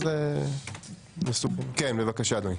כן אדוני.